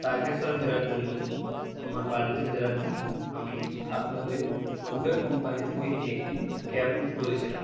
তারকেশ্বরে ফেরার জন্য আমার বাড়িতে ফেরার জন্য আমি আপনাদের উবের কোম্পানি থেকে একটি ক্যাব বুক করেছিলাম